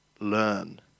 learn